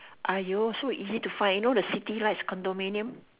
!aiyo! so easy to find you know the city lights condominium